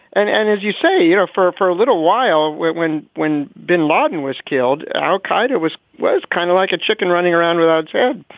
and and as you say, you know, for for a little while, when when bin laden was killed, al-qaida was was kind of like a chicken running around with ieds. yeah